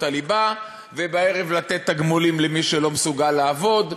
הליבה ובערב לתת תגמולים למי שלא מסוגל לעבוד.